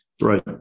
Right